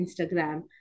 Instagram